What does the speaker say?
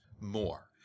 more